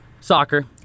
Soccer